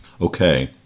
Okay